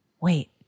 Wait